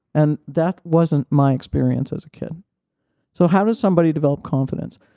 and that wasn't my experience as a kid so how does somebody develop confidence?